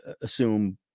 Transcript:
assume